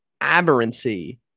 aberrancy